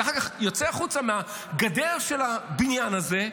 ואתה אחר כך יוצא החוצה מהגדר של הבניין הזה,